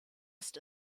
ist